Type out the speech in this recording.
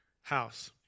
house